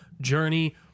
journey